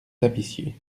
tapissiers